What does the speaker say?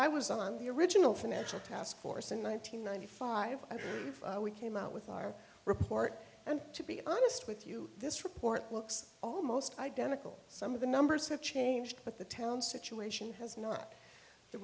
i was on the original financial task force in one nine hundred ninety five we came out with our report and to be honest with you this report looks almost identical some of the numbers have changed but the town situation has not the